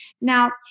Now